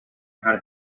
how